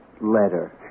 letter